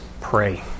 pray